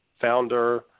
founder